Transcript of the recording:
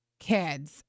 Kids